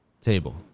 table